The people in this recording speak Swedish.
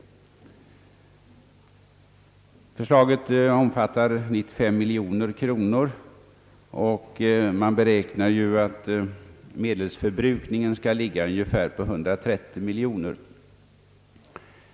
Förslaget omfattar 95 miljoner kronor, och man beräknar att medelsförbrukningen skall ligga på ungefär 130 miljoner.